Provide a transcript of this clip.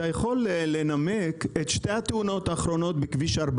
אתה יכול לנמק את שתי התאונות האחרונות בכביש 40?